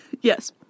Yes